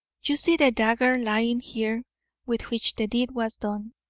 you see the dagger lying here with which the deed was done,